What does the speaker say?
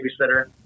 babysitter